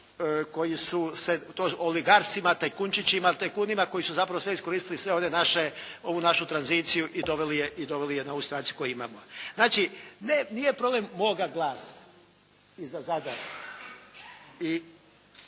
koji su se, oligarsima, tajkunčićima, tajkunima koji su zapravo sve iskoristili ovu našu tranziciju i doveli je na ovu situaciju koju imamo. Znači, nije problem moga glasa i za Zadar,